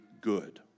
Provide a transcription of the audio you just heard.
good